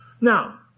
Now